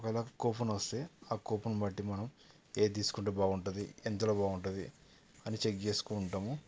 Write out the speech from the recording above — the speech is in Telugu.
ఒకవేలా కూపన్ వస్తే ఆ కూపన్ బట్టి మనం ఏది తీసుకుంటే బాగుంటుంది ఎంతలో బాగుంటుంది అని చెక్ చేసుకుంటాము